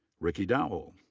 ricky dowell.